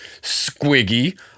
Squiggy